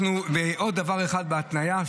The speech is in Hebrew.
עוד דבר אחד בהתניה,